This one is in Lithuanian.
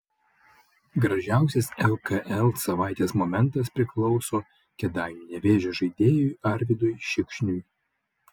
gražiausias lkl savaitės momentas priklauso kėdainių nevėžio žaidėjui arvydui šikšniui